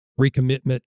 recommitment